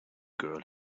girl